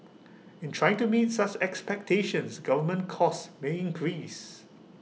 in trying to meet such expectations government costs may increase